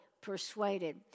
Persuaded